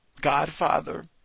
Godfather